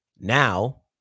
Now